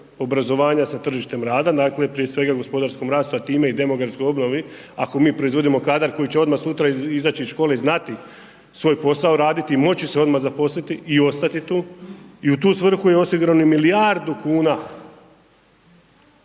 obrazovanja sa tržištem rada, dakle, prije svega gospodarskom rastu, a time i demografskoj obnovi, ako mi proizvodimo kadar koji će odmah sutra izaći iz škole i znati svoj posao raditi i moći se odmah zaposliti i ostati tu i u tu svrhu je osigurano milijardu kuna